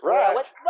Right